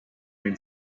own